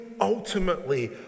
ultimately